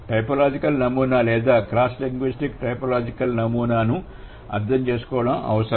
typological నమూనా లేదా crosslinguistic typological నమూనాను అర్థం చేసుకోవడం అవసరం